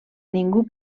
ningú